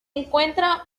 encuentra